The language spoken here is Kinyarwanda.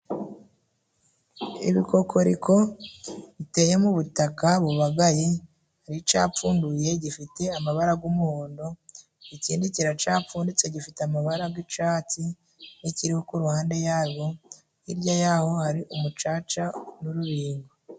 Ibikokoriko biteyemo ubutaka bubagaye, hari icapfunduye gifite amabara g'umuhondo, ikindi kiracapfunditse, gifite amabararaga gicatsi kiri ku uruhande, yabo hirya y'aho hari umucaca n'urubingo.